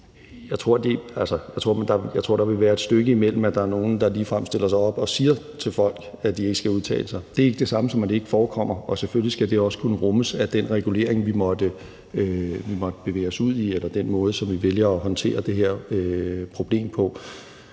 Jeg tror, der vil være et stykke tid imellem, at der er nogen, der ligefrem stiller sig op og siger til folk, at de ikke skal udtale sig. Det er ikke det samme, som at det ikke forekommer, og selvfølgelig skal det også kunne rummes af den regulering, vi måtte bevæge os ud i, eller den måde, som vi vælger at håndtere det her problem på.